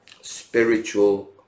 spiritual